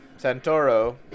Santoro